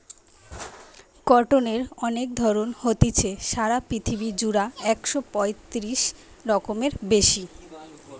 কটনের অনেক ধরণ হতিছে, সারা পৃথিবী জুড়া একশ পয়তিরিশ রকমেরও বেশি